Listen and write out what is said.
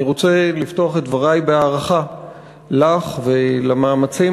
אני רוצה לפתוח את דברי בהערכה לך ולמאמצים